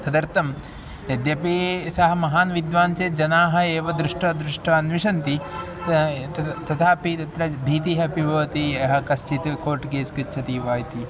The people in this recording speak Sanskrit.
तदर्थं यद्यपि सः महान् विद्वान् चेत् जनाः एव दृष्ट्वा दृष्ट्वा अन्विषन्ति तद् तथापि तत्र भीतिः अपि भवति यः कश्चित् कोर्ट् केस् गच्छति वा इति